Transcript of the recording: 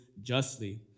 justly